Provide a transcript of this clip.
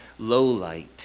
lowlight